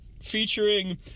featuring